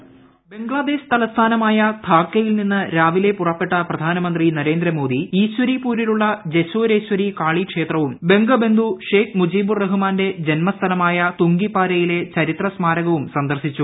voice Bangladesh തലസ്ഥാനമായ ധാക്കയിൽ നിന്ന് രാവിലെ പുറപ്പെട്ട പ്രധാനമന്ത്രി നരേന്ദ്രമോദി ഈശ്വരിപൂരിലുളള ജശോരേശ്വരി കാളി ക്ഷേത്രവും ബംഗബന്ധു ഷേക്ക് മൂജിബൂർ റഹുമാന്റെ ജന്മസ്ഥലമായ തുംഗിപുരയിലെ ചരിത്രസ്മാരകവും സന്ദർശിച്ചു